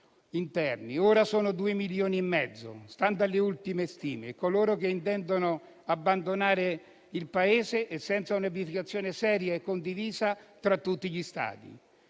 ora sono 2,5 milioni, stando alle ultime stime, coloro che intendono abbandonare il Paese. Senza una pianificazione seria e condivisa tra tutti gli Stati,